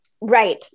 right